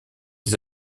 des